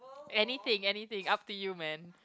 anything anything up to you man